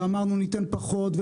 ואמרנו שניתן פחות.